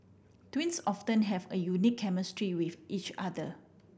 twins often have a unique chemistry with each other